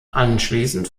anschließend